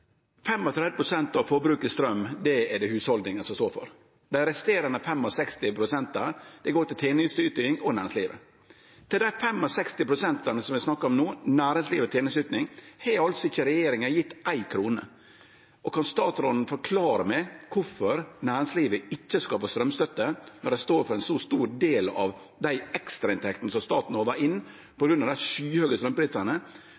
av forbruket av straum er det hushalda som står for. Dei resterande 65 pst. av forbruket stårl tenesteyting og næringslivet for. Til dei 65 pst. som vi snakkar om no, næringslivet og tenesteyting, har ikkje regjeringa gjeve éi krone. Kan statsråden forklare meg kvifor næringslivet ikkje skal få straumstøtte når dei står for ein så stor del av dei ekstrainntektene som staten håvar inn